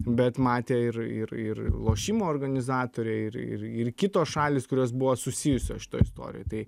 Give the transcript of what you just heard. bet matė ir ir ir lošimo organizatoriai ir ir ir kitos šalys kurios buvo susijusios šitoj istorijoj tai